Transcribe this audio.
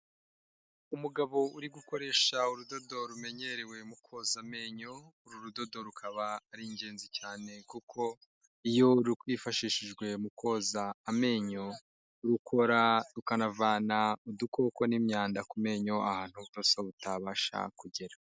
umugabo uri gukoresha urudodo rumenyerewe mu koza amenyo uru rudodo rukaba ari ingenzi cyane kuko iyo rwifashishijwe mu koza amenyo rukora rukanavana udukoko n'imyanda ku menyo ahantu uburoso butabasha kugera